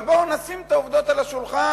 אבל בואו נשים את העובדות על השולחן,